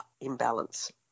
imbalance